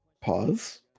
Pause